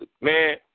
man